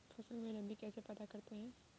फसल में नमी कैसे पता करते हैं?